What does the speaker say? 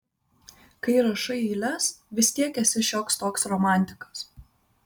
kai rašai eiles vis tiek esi šioks toks romantikas